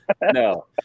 No